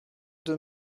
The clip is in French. deux